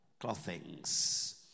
clothings